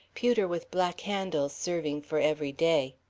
pewter with black handles serving for every day.